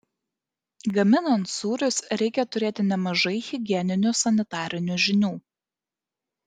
gaminant sūrius reikia turėti nemažai higieninių sanitarinių žinių